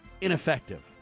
ineffective